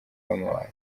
bamubaze